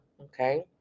Okay